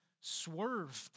swerved